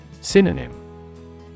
Synonym